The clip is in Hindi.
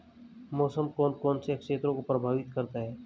मौसम कौन कौन से क्षेत्रों को प्रभावित करता है?